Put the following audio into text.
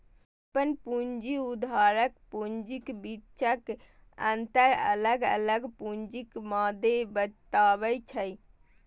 अपन पूंजी आ उधारक पूंजीक बीचक अंतर अलग अलग पूंजीक मादे बतबै छै